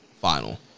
final